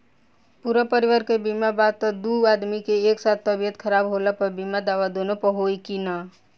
पूरा परिवार के बीमा बा त दु आदमी के एक साथ तबीयत खराब होला पर बीमा दावा दोनों पर होई की न?